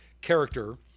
character